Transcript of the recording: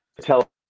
tell